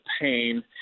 pain